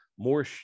more